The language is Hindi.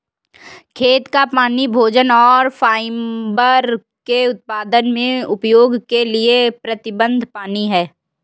खेत का पानी भोजन और फाइबर के उत्पादन में उपयोग के लिए प्रतिबद्ध पानी है